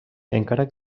encara